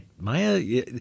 Maya